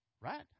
Right